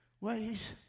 ways